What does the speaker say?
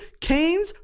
Canes